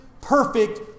perfect